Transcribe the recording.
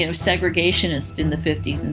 you know segregationists in the fifty s and